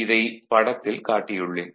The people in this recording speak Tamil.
இதைப் படத்தில் காட்டியுள்ளேன்